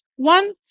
one